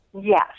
Yes